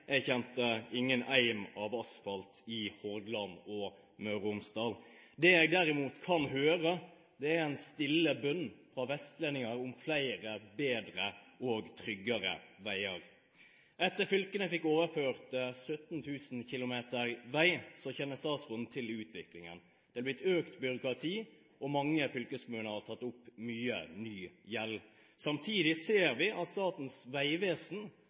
Jeg kjente ingen eim av asfalt i Hordaland eller i Møre og Romsdal. Det jeg derimot kan høre, er en stille bønn fra vestlendinger om flere, bedre og tryggere veier. Etter at fylkene fikk overført 17 000 km vei, kjenner statsråden til utviklingen: Det har blitt økt byråkrati, og mange fylkeskommuner har tatt opp mye ny gjeld. Samtidig ser vi at Statens vegvesen